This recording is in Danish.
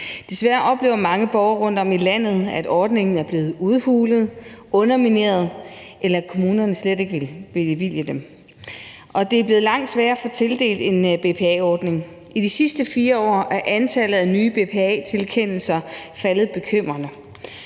Desværre oplever mange borgere rundtom i landet, at ordningen er blevet udhulet og undermineret, eller at kommunen slet ikke vil bevilge den. Og det er blevet langt sværere at få tildelt en BPA-ordning. I de sidste 4 år er antallet af nye BPA-tilkendelser faldet bekymrende.